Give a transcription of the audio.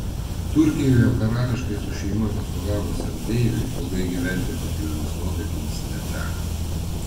turkijoje karališkai su šeima atostogavusiam deiviui ilgai gyventi pakiliomis nuotaikomis neteko